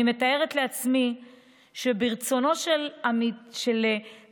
אני מתארת לעצמי שברצונו של דנאי,